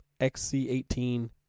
XC18